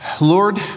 Lord